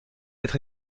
être